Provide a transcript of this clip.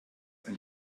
ein